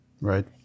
Right